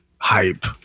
Hype